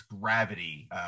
gravity